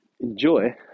Enjoy